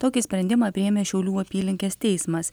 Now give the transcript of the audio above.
tokį sprendimą priėmė šiaulių apylinkės teismas